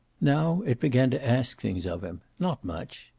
now it began to ask things of him. not much.